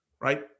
right